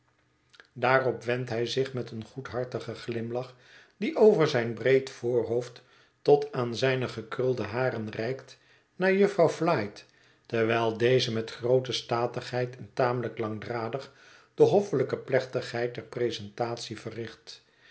daarop wendt hij zich met een goedhartigen glimlach die over zijn breed voorhoofd tot aan zijne gekrulde haren reikt naar jufvrouw flite terwijl deze met groote statigheid en tamelijk langdradig de hoffelijke plechtigheid der presentatie verricht